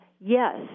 yes